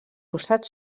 costat